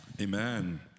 Amen